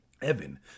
Evan